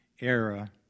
era